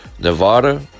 Nevada